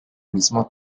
mismo